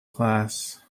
class